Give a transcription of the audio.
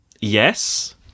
Yes